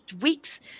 weeks